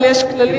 אבל יש כללים,